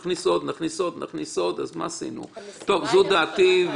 זו דעתי,